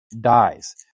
dies